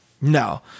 No